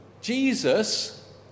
Jesus